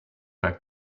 back